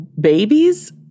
babies